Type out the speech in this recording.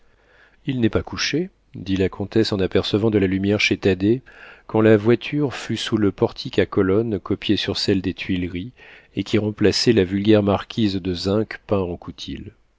il n'est pas couché dit la comtesse en apercevant de la lumière chez thaddée quand la voiture fut sous le portique à colonnes copiées sur celles des tuileries et qui remplaçait la vulgaire marquise de